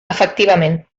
efectivament